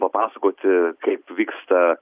papasakoti kaip vyksta